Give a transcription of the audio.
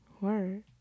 Word